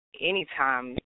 anytime